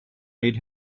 made